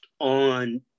on